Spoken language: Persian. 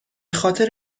خاطر